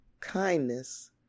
kindness